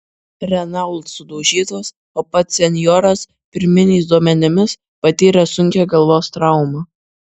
renault sudaužytas o pats senjoras pirminiais duomenimis patyrė sunkią galvos traumą